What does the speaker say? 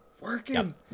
working